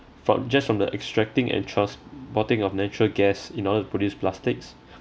from just from the extracting and transporting of natural gas in order to produce plastics